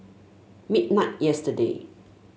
midnight yesterday